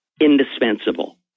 indispensable